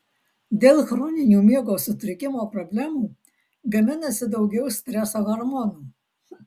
dėl chroninių miego sutrikimo problemų gaminasi daugiau streso hormonų